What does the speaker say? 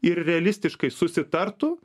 ir realistiškai susitartų